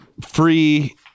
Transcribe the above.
free